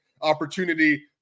opportunity